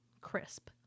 crisp